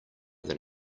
than